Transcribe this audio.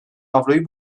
avroyu